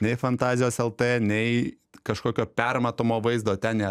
nei fantazijos lt nei kažkokio permatomo vaizdo ten ne